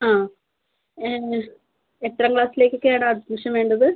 അതെ എത്രാം ക്ലാസിലേക്കൊക്കെയാണ് അഡ്മിഷൻ വേണ്ടത്